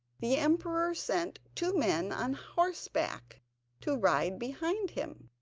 the emperor sent two men on horseback to ride behind him,